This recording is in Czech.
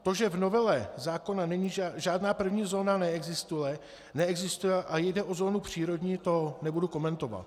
To, že v novele zákona není, žádná první zóna neexistuje, neexistuje a jde o zónu přírodní to nebudu komentovat.